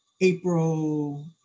April